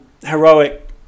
heroic